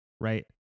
right